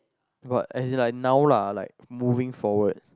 about as in like now lah like moving forward